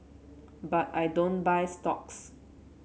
but I don't buy stocks